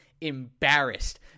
embarrassed